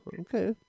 okay